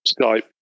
Skype